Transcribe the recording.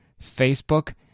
Facebook